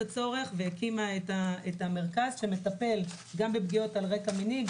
הצורך והקימה את המרכז שמטפל גם בפגיעות על רקע מיני,